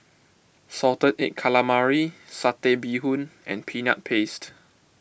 Salted Egg Calamari Satay Bee Hoon and Peanut Paste